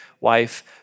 wife